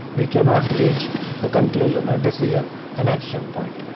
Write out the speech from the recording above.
we cannot reach a conclusion or decision and action point.